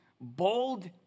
bold